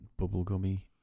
bubblegummy